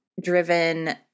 driven